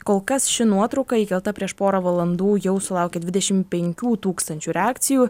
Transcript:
kol kas ši nuotrauka įkelta prieš porą valandų jau sulaukė dvidešim penkių tūkstančių reakcijų